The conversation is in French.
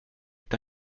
est